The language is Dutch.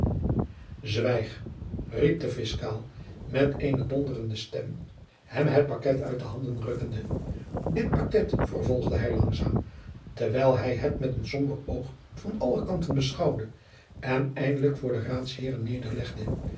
zwijg riep de fiscaal met eene donderende stem hem het paket uit de handen rukkende dit paket vervolgde hij langzaam terwijl hij het met een somber oog van alle kanten beschouwde en eindelijk voor de raadsheeren nederlegde